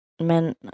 men